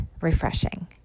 refreshing